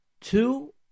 two